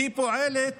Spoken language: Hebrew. היא פועלת